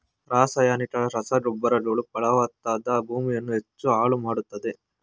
ರಾಸಾಯನಿಕ ರಸಗೊಬ್ಬರಗಳು ಫಲವತ್ತಾದ ಭೂಮಿಯನ್ನು ಹೆಚ್ಚು ಹಾಳು ಮಾಡತ್ತದೆ